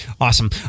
awesome